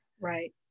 Right